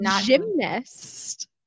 gymnast